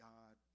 God